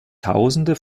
tausende